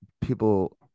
people